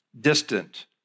distant